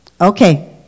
Okay